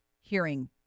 hearing